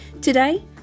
Today